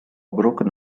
broken